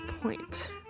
point